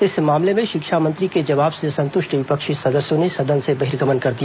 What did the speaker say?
इस मामले में शिक्षामंत्री के जवाब से असतुंष्ट विपक्षी सदस्यों ने सदन से बहिर्गमन कर दिया